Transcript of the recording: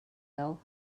ill